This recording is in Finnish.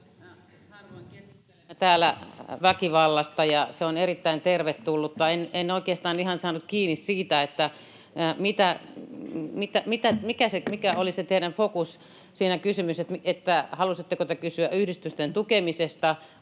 Harvoin keskustelemme täällä väkivallasta, ja se on erittäin tervetullutta. En oikeastaan ihan saanut kiinni siitä, mikä oli se teidän fokuksenne siinä kysymyksessä, että halusitteko te kysyä yhdistysten tukemisesta